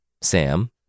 Sam